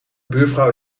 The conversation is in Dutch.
buurvrouw